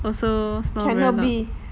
cannot be